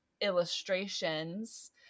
illustrations